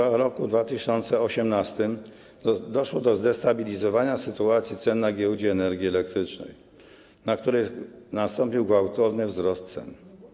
Otóż w roku 2018 doszło do zdestabilizowania sytuacji cen na giełdzie energii elektrycznej, na której nastąpił gwałtowny wzrost cen.